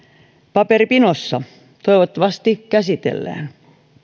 paperipinossa toivottavasti käsitellään